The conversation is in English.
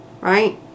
Right